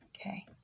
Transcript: okay